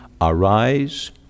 arise